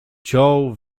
ciął